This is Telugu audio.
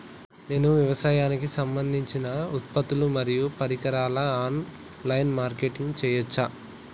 నేను వ్యవసాయానికి సంబంధించిన ఉత్పత్తులు మరియు పరికరాలు ఆన్ లైన్ మార్కెటింగ్ చేయచ్చా?